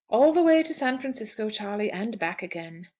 all the way to san francisco, charley and back again.